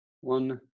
One